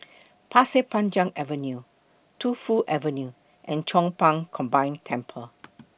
Pasir Panjang Avenue Tu Fu Avenue and Chong Pang Combined Temple